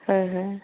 হয় হয়